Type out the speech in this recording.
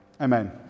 Amen